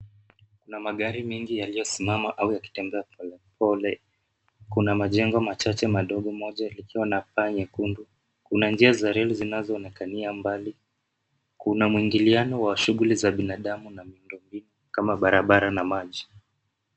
Kuna magari mengi yaliyosimama au yakitembea polepole. Kuna majengo machache madogo moja likiwa na paa nyekundu. Kuna njia za reli zinazoonekania mbali. Kuna mwingiliano wa shughuli za binadamu na miundo mbinu kama barabara na maji.